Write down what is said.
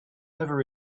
over